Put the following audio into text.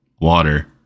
water